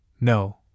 no